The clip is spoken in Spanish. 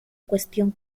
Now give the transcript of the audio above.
cuestión